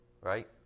Right